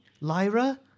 Lyra